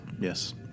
yes